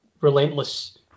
relentless